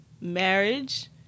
marriage